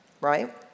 right